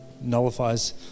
nullifies